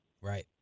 right